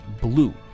BLUE